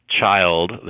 child